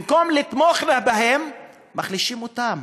במקום לתמוך בהן מחלישים אותן.